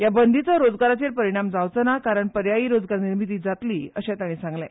ह्या बंदीचो रोजगाराचेर परीणाम जावचो ना कारण पर्यायी रोजगार निर्मिती जातली अशेय ताणी सांगले